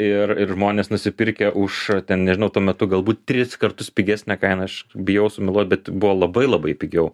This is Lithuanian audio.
ir ir žmonės nusipirkę už ten nežinau tuo metu galbūt tris kartus pigesnę kainą aš bijau sumeluot bet buvo labai labai pigiau